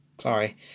sorry